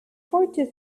fourty